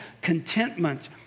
contentment